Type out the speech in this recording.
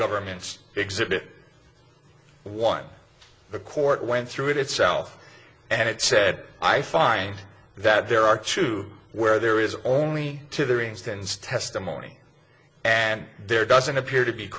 government's exhibit one the court went through it itself and it said i find that there are two where there is only to their instance testimony and there doesn't appear to be